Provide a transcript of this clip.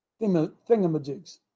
thingamajigs